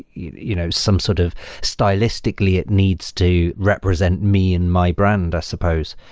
you know some sort of stylistically it needs to represent me and my brand suppose.